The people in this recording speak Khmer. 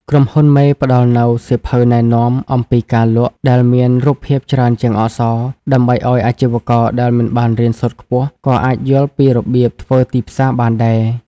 ក្រុមហ៊ុនមេផ្ដល់នូវ "សៀវភៅណែនាំអំពីការលក់" ដែលមានរូបភាពច្រើនជាងអក្សរ ដើម្បីឱ្យអាជីវករដែលមិនបានរៀនសូត្រខ្ពស់ក៏អាចយល់ពីរបៀបធ្វើទីផ្សារបានដែរ។